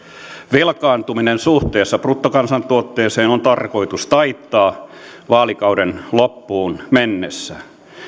velkaantuminen suhteessa bruttokansantuotteeseen on tarkoitus taittaa vaalikauden loppuun mennessä